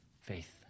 faith